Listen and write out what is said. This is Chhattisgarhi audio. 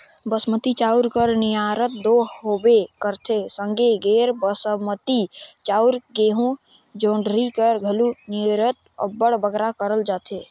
बासमती चाँउर कर निरयात दो होबे करथे संघे गैर बासमती चाउर, गहूँ, जोंढरी कर घलो निरयात अब्बड़ बगरा करल जाथे